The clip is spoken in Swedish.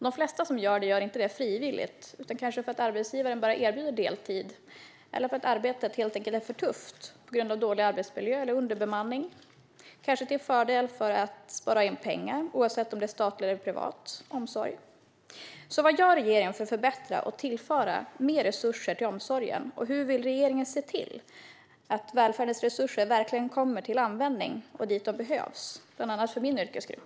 De flesta gör det inte frivilligt utan kanske för att arbetsgivaren bara erbjuder deltid eller för att arbetet helt enkelt är för tufft på grund av dålig arbetsmiljö eller underbemanning, kanske till fördel för att spara in pengar oavsett om det är statlig eller privat omsorg. Vad gör regeringen för att förbättra och tillföra mer resurser till omsorgen? Hur vill regeringen se till att välfärdens resurser verkligen kommer till användning och dit de behövs bland annat för min yrkesgrupp?